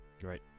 Great